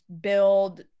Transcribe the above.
build